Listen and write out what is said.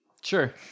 Sure